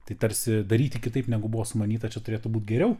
tai tarsi daryti kitaip negu buvo sumanyta čia turėtų būt geriau